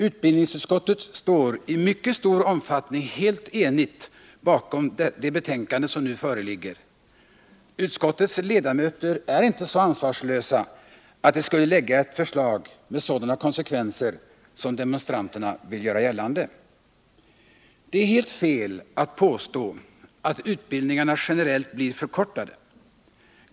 Utbildningsutskottet står i mycket stor omfattning helt enigt bakom det betänkande som nu föreligger. Utskottets ledamöter är inte så ansvarslösa att de skulle lägga fram förslag med sådana konsekvenser, som demonstranterna vill göra gällande. Det är helt fel att påstå att utbildningarna generellt blir förkortade.